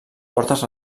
portes